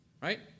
right